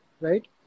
right